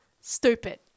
stupid